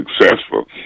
successful